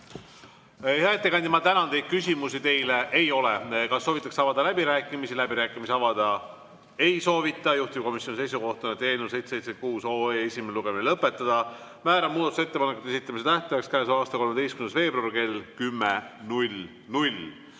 Hea ettekandja, ma tänan teid. Küsimusi teile ei ole. Kas soovitakse avada läbirääkimisi? Läbirääkimisi avada ei soovita. Juhtivkomisjoni seisukoht on eelnõu 776 esimene lugemine lõpetada. Määran muudatusettepanekute esitamise tähtajaks käesoleva aasta 13. veebruar kell 10.